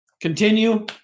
continue